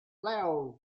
law